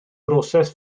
broses